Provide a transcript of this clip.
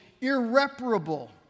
irreparable